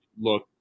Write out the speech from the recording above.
look